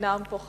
אינם פה,